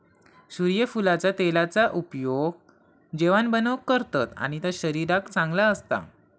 सुर्यफुलाच्या तेलाचा उपयोग जेवाण बनवूक करतत आणि ता शरीराक चांगला असता